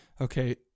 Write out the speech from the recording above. Okay